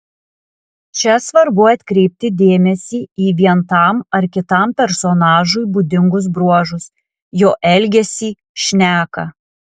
čia svarbu atkreipti dėmesį į vien tam ar kitam personažui būdingus bruožus jo elgesį šneką